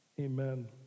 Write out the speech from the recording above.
Amen